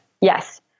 Yes